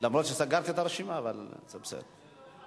אומנם סגרתי את הרשימה, אבל זה בסדר.